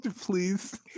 please